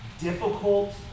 difficult